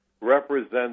represents